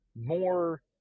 more